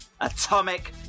atomic